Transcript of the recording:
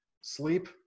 sleep